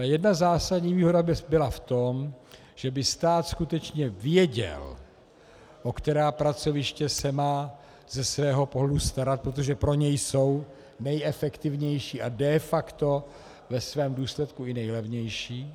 Jedna zásadní výhoda by byla v tom, že by stát skutečně věděl, o která pracoviště se má ze svého pohledu starat, protože pro něj jsou nejefektivnější a de facto ve svém důsledku i nejlevější.